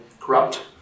corrupt